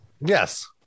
Yes